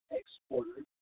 exporter